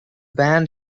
band